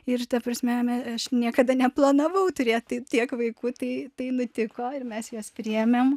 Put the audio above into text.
ir ta prasme aš niekada neplanavau turėt tiek vaikų tai nutiko ir mes juos priėmėm